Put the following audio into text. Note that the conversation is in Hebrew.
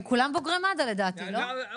הם כולם בוגרי מד"א לדעתי, לא?